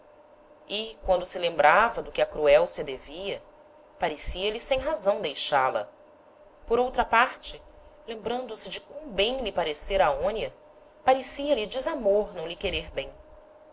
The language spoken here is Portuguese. e quando se lembrava do que a cruelcia devia parecia-lhe sem-razão deixá-la por outra parte lembrando-se de quam bem lhe parecera aonia parecia-lhe desamor não lhe querer bem